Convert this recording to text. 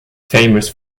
famous